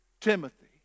Timothy